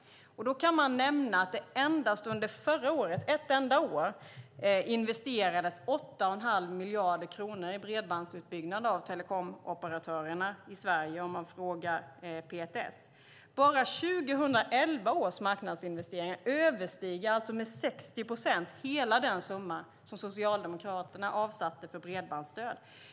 Det kan nämnas att bara förra året, alltså under ett enda år, investerades 8 1⁄2 miljard kronor i bredbandsutbyggnad av telekomoperatörerna i Sverige, enligt PTS. Bara 2011 års marknadsinvesteringar överstiger med 60 procent hela den summa som Socialdemokraterna avsatte till bredbandsstöd.